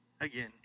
Again